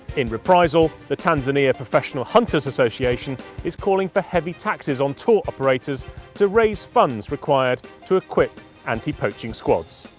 in reprisal, the tanzania professional hunters association is calling for heavy taxes on tour operators to raise funds required to equip anti-poaching squads.